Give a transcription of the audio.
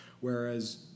Whereas